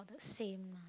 same